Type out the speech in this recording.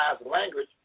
language